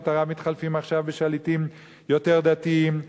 ערב מתחלפים עכשיו בשליטים יותר דתיים.